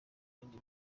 bindi